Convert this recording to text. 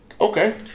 Okay